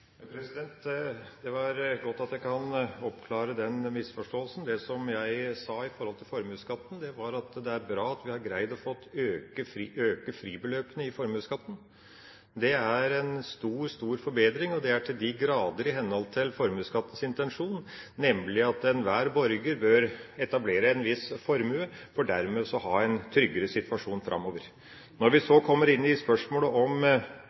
Det er godt at jeg kan oppklare den misforståelsen. Det som jeg sa om formuesskatten, var at det er bra at vi har greid å få økt fribeløpene i formuesskatten. Det er en stor, stor forbedring, og det er til de grader i henhold til formuesskattens intensjon, nemlig at enhver borger bør etablere en viss formue for dermed å ha en tryggere situasjon framover. Når vi så kommer inn i spørsmålet om